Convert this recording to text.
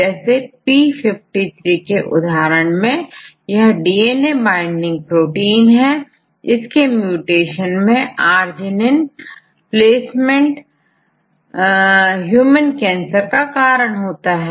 जैसे p53के उदाहरण में यह डीएनए बाइंडिंग प्रोटीन है इसके म्यूटेशन मैं arginineप्लेसमेंट ह्यूमन कैंसर का कारण होता है